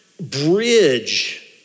bridge